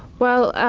well,